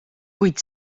kuid